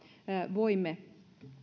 voimme